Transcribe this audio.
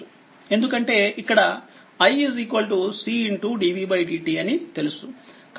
ఎందుకంటే ఇక్కడ icdvdt అని తెలుసు